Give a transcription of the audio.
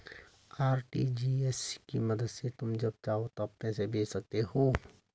RTGS की मदद से तुम जब चाहो तब पैसे भेज सकते हो